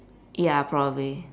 ya probably